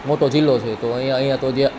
મોટો જિલ્લો છે તો અહીંયા અહીંયા તો ત્યાં